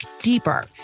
deeper